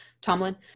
Tomlin